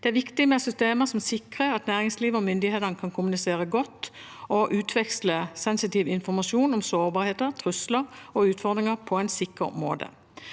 Det er viktig med systemer som sikrer at næringslivet og myndighetene kan kommunisere godt og utveksle sensitiv informasjon om sårbarheter, trusler og utfordringer på en sikker måte.